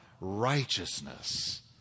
righteousness